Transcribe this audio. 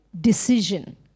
decision